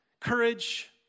courage